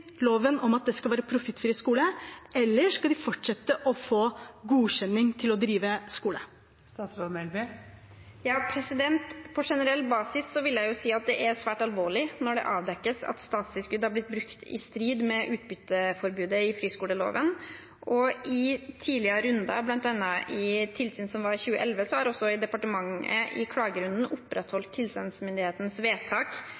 loven om at det skal være profittfri skole? Skal de få fortsette med å få godkjenning til å drive skole? På generell basis vil jeg si at det er svært alvorlig når det avdekkes at statstilskudd er blitt brukt i strid med utbytteforbudet i friskoleloven. I tidligere runder, bl.a. i tilsyn i 2011, har også departementet i klagerunden opprettholdt tilsagnsmyndighetens vedtak